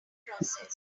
process